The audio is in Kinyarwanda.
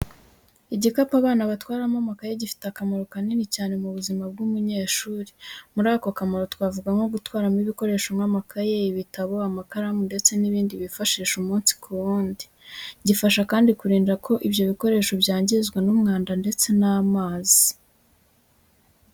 Igikapu abana batwaramo amakayi gifite akamaro kanini cyane mu buzima bw’umunyeshuri. Muri ako kamaro twavuga nko gutwaramo ibikoresho nk'amakayi, ibitabo, amakaramu ndetse n'ibindi bifashisha umunsi ku wundi. Gifasha kandi kurinda ko ibyo ibikoresho byangizwa n'umwanda ndetse n'amazi.